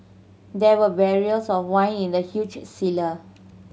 there were barrels of wine in the huge cellar